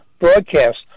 broadcast